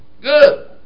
Good